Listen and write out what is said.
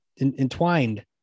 entwined